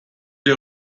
der